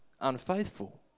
unfaithful